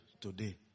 today